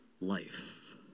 life